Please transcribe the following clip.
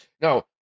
no